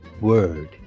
word